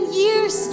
years